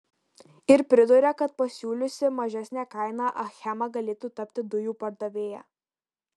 ir priduria kad pasiūliusi mažesnę kainą achema galėtų tapti dujų pardavėja